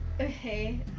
Okay